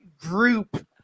group